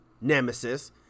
nemesis